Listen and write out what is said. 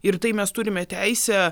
ir tai mes turime teisę